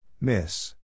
Miss